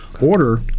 order